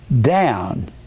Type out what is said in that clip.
down